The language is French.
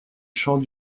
champs